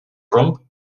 romp